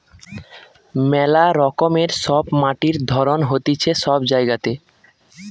মেলা রকমের সব মাটির ধরণ হতিছে সব জায়গাতে